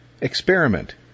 Experiment